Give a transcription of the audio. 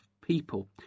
people